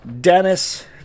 Dennis